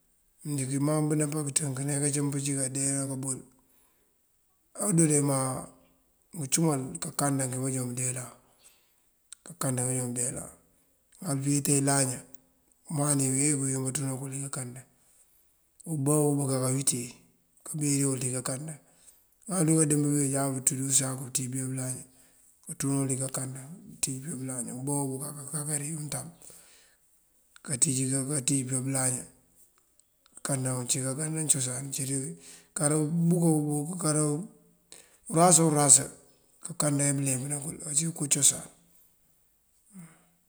Injí bí mëmbaŋ kancëmp ne kancëmp cí kandeena kabol anjá bundee má ngëcumal kankanda dí bujoon bëndeelan, kankanda kanjoon bundeelan. Ŋal buwíiţe ilaña umani uwí banjoon buntúna kël dí kankandan umbá bunkaka kawíiţe kambíri wul ţí kankanda. Ŋal bí mëbandëmb bí unjáwu bënţú dí ngësaku pënţíj pëyá bëlaña. Bunkanţúnul dí kankanda bunţíj pëyá bëlaña. Umboŋ bunkanka kakari dí untab kanţíj pá bëlaña. Kankanda uncí kankandi cosan, kar urasa o rasa kankanda bëleempëna kul ací koo cosan.